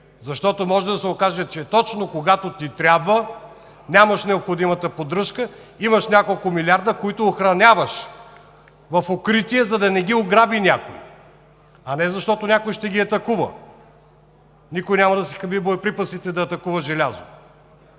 защото може да се окаже, че точно когато ти трябва, нямаш необходимата поддръжка, а имаш няколко милиарда, които охраняваш в укритие, за да не ги ограби някой, а не защото някой ще ги атакува. Никой няма да си хаби боеприпасите да атакува желязо,